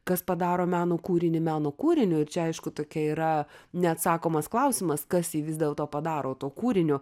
kas padaro meno kūrinį meno kūriniu ir čia aišku tokia yra neatsakomas klausimas kas jį vis dėlto padaro tuo kūriniu